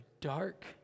dark